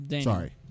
Sorry